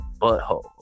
butthole